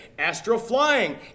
astro-flying